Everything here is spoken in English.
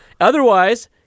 Otherwise